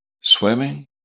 swimming